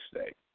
State